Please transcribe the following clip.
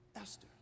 Esther